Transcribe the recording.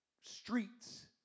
streets